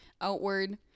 outward